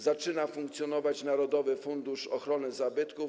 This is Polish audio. Zaczyna funkcjonować Narodowy Fundusz Ochrony Zabytków.